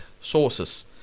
sources